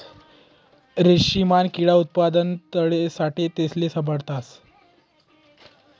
रेशीमना किडा उत्पादना साठे तेसले साभाळतस